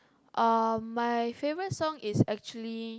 uh my favorite song is actually